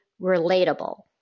relatable